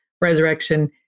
resurrection